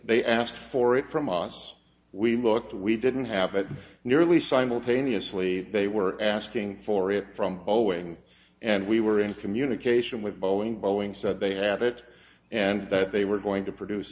they asked for it from us we looked we didn't have it nearly simultaneously they were asking for it from boeing and we were in communication with boeing boeing said they had it and that they were going to produce